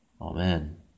Amen